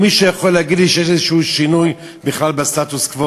האם מישהו יכול להגיד לי שיש איזשהו שינוי בכלל בסטטוס-קוו?